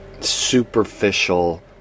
superficial